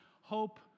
hope